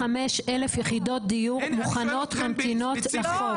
35,000 יחידות דיור מוכנות וממתינות לחוק.